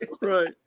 Right